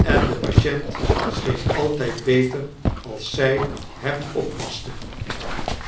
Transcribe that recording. en de patient scheen altyd beter als zy hem oppaste